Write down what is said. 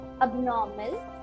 abnormal